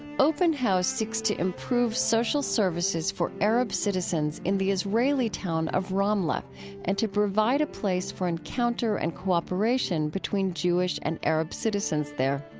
open house seeks to improve social services for arab citizens in the israeli town of ramle and to provide a place for encounter and cooperation between jewish and arab citizens there.